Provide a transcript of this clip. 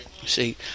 See